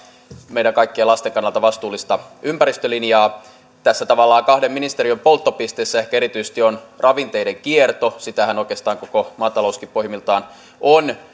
meidän kaikkien lastemme kannalta vastuullista ympäristölinjaa tässä tavallaan kahden ministeriön polttopisteessä ehkä erityisesti on ravinteiden kierto sitähän oikeastaan koko maatalouskin pohjimmiltaan on